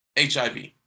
HIV